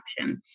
option